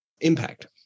impact